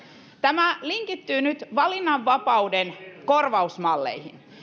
tämä linkittyy nyt valinnanvapauden korvausmalleihin